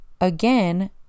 again